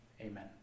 Amen